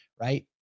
right